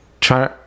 try